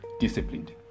disciplined